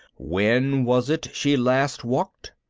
when was it she last walked?